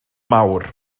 nawr